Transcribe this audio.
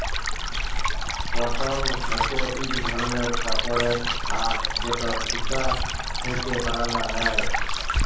কটল হছে ইক ধরলের কাপড়ের আঁশ যেট সুতা থ্যাকে বালাল হ্যয়